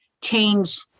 change